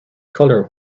color